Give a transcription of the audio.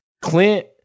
Clint